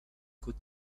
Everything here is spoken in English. could